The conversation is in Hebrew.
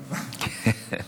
בזמנים.